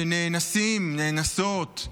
שנאנסים, נאנסות,